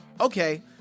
okay